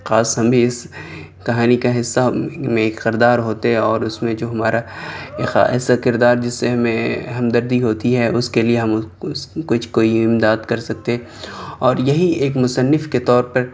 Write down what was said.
کاش ہم بھی اس کہانی کا حصّہ میں کردار ہوتے اور اس میں جو ہمارا ایسا کردار جس سے میں ہمدردی ہوتی ہے اس کے لیے ہم اس کچھ کوئی امداد کر سکتے اور یہی ایک مصنف کے طور پر